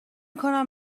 کنم